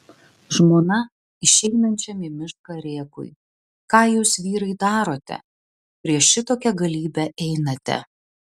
žmona išeinančiam į mišką rėkui ką jūs vyrai darote prieš šitokią galybę einate